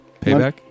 Payback